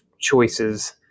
choices